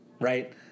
right